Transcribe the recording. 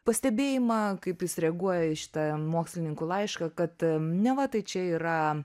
pastebėjimą kaip jis reaguoja į šitą mokslininkų laišką kad neva tai čia yra